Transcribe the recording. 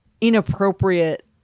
inappropriate